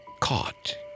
caught